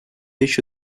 еще